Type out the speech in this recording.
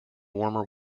warmer